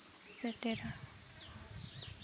ᱥᱮᱴᱮᱨᱟ